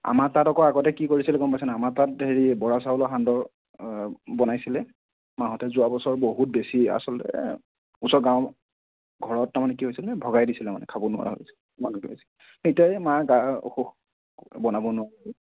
আমাৰ তাত আকৌ আগতে কি কৰিছিলে গম পাইছানে নাই আমাৰ তাত হেৰি বৰা চাউলৰ সান্দহ বনাইছিলে মাহঁতে যোৱাবছৰ বহুত বেছি আচলতে ওচৰৰ গাঁৱৰ ঘৰত তাৰমানে কি হৈছিলে ভগাই দিছিলে মানে খাব নোৱাৰা হৈ গৈছিলে এতিয়া এই মাৰ গাৰ অসুখ বনাব নোৱাৰে